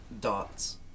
Dots